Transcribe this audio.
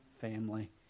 family